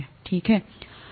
ठीक है